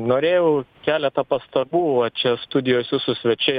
norėjau keletą pastabų va čia studijos jūsų svečiai